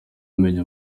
amenye